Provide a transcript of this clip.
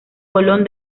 colón